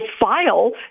file